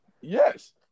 Yes